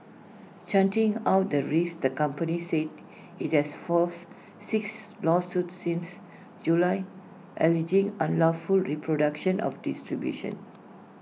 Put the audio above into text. charting out the risks the company said IT has faced six lawsuits since July alleging unlawful reproduction of distribution